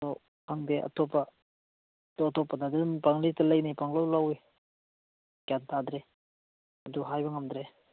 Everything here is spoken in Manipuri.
ꯑꯗꯨ ꯈꯪꯗꯦ ꯑꯇꯣꯞꯄ ꯑꯇꯣꯞ ꯑꯇꯣꯞꯄꯅꯗꯤ ꯑꯗꯨꯝ ꯄꯪꯂꯩꯇ ꯂꯩꯅꯩ ꯄꯪꯂꯧ ꯂꯧꯏ ꯒ꯭ꯌꯥꯟ ꯇꯥꯗ꯭ꯔꯦ ꯑꯗꯨ ꯍꯥꯏꯕ ꯉꯝꯗ꯭ꯔꯦ